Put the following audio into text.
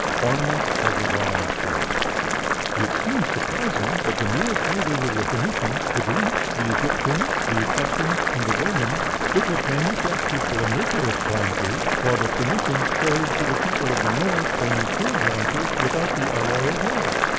ornaments of the bronze age it seems surprising that the nearest neighbors of the phoenicians the greeks, the egyptians, the etruscans, and the romans should have manufactured plumbiferous bronzes, while the phoenicians carried to the people of the north only pure bronzes without the alloy of lead.